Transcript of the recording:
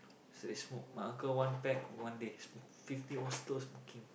so they smoke my uncle one pack one day he smoke fifty year old still smoking